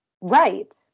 Right